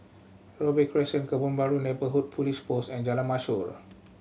Robey Crescent Kebun Baru Neighbourhood Police Post and Jalan Mashhor